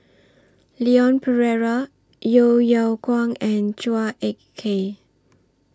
Leon Perera Yeo Yeow Kwang and Chua Ek Kay